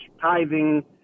tithing